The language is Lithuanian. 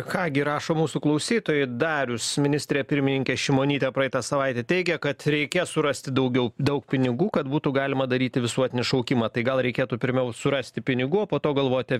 ką gi rašo mūsų klausytojai darius ministrė pirmininkė šimonytė praeitą savaitę teigė kad reikės surasti daugiau daug pinigų kad būtų galima daryti visuotinį šaukimą tai gal reikėtų pirmiau surasti pinigų o po to galvoti